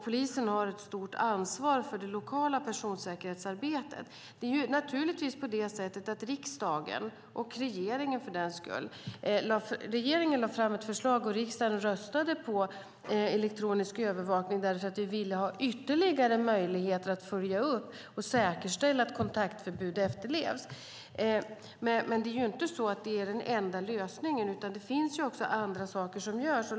Polisen har ett stort ansvar för det lokala personsäkerhetsarbetet. Regeringen lade fram ett förslag och riksdagen röstade för elektronisk övervakning därför att vi ville ha ytterligare möjligheter att följa upp och säkerställa att kontaktförbud efterlevs. Det är inte den enda lösningen, utan det finns andra saker som görs.